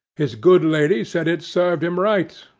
his good lady said it served him right,